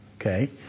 Okay